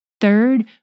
Third